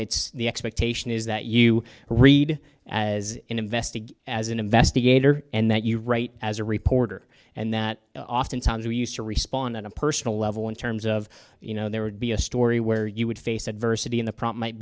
it's the expectation is that you read as invested as an investigator and that you write as a reporter and that oftentimes we used to respond on a personal level in terms of you know there would be a story where you would face adversity in the problem might